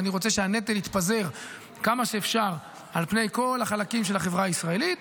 ואני רוצה שהנטל יתפזר כמה שאפשר על פני כל החלקים של החברה הישראלית,